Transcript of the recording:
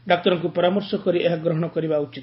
ଡାକ୍ତରଙ୍କୁ ପରାମର୍ଶ କରି ଏହା ଗ୍ରହଶ କରିବା ଉଚିତ